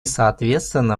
соответственно